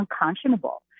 unconscionable